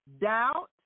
Doubt